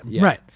Right